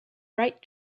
write